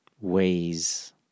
ways